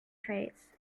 traits